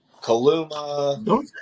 Kaluma